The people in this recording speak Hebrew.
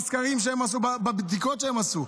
בסקרים ובבדיקות שהם עשו.